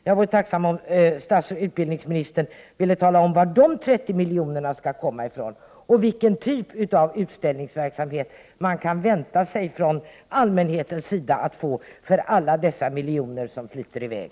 Jag vore tacksam om utbildningsministern ville tala om var dessa 30 milj.kr. skall komma från och vilken typ av utställningsverksamhet allmänheten kan vänta sig att få för alla dessa miljoner som flyter i väg.